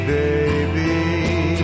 baby